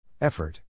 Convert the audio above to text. Effort